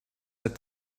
that